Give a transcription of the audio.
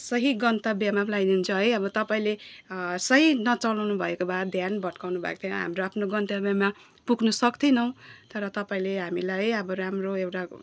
सही गन्तव्यमा पनि ल्याइदिनु हुन्छ है अब तपाईँले सही नचलाउनुभएको भए ध्यान भट्काउनु भएको थियो भने हाम्रो आफ्नो गन्तव्यमा पुग्न सक्थेनौँ तर तपाईँले हामीलाई है अब राम्रो एउटा